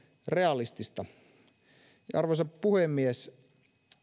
realistista arvoisa puhemies